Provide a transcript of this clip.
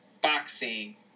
boxing